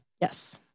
Yes